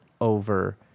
over